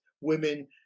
women